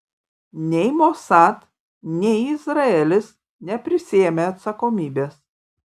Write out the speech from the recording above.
nei mossad nei izraelis neprisiėmė atsakomybės